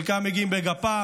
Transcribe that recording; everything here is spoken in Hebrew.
חלקם מגיעים בגפם,